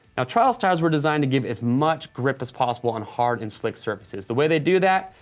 ah trials tires were designed to give as much grip as possible on hard and slick surfaces. the way they do that?